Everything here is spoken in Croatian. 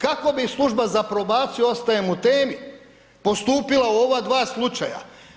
Kako bi služba za probaciju, ostajem u temi, postupila u ova dva slučaja?